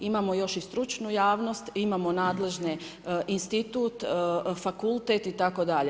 Imamo još i stručnu javnost, imamo nadležne institut , fakultet itd.